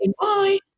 Bye